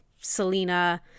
selena